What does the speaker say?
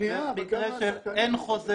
במקרה שאין חוזה